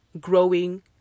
growing